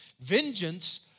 Vengeance